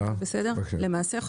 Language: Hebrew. למעשה,